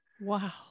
Wow